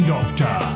Doctor